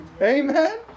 Amen